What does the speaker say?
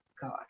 god